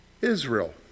Israel